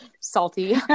Salty